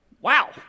Wow